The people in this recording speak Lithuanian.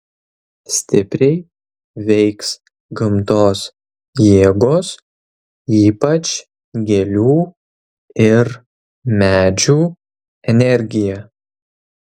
stipriai veiks gamtos jėgos ypač gėlių ir medžių energija